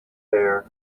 bare